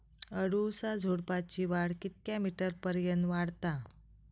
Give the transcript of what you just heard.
अडुळसा झुडूपाची वाढ कितक्या मीटर पर्यंत वाढता?